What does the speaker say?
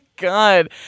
god